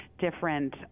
different